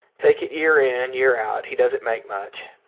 take it year in, year out, he doesn't make much.